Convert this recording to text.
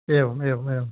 एवम् एवम् एवम्